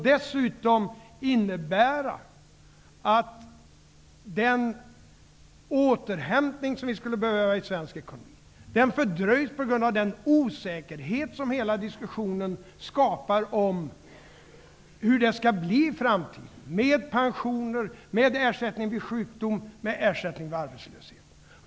Dessutom skulle det innebära att den återhämtning i svensk ekonomi som vi behöver fördröjs, på grund av den osäkerhet som hela diskussionen skapar om hur det skall bli i framtiden -- med pensioner, ersättning vid sjukdom och vid arbetslöshet.